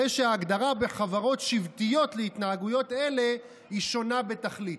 הרי שההגדרה בחברות שבטיות להתנהגויות אלה שונה בתכלית.